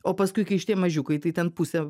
o paskui kai šitie mažiukai tai ten pusė